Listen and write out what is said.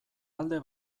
alde